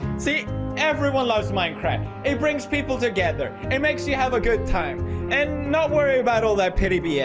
see everyone loves minecraft it brings people together. it makes you have a good time and not worry about all that petty bs